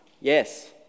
yes